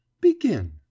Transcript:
begin